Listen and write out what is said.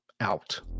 out